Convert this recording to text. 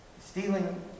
Stealing